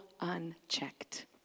unchecked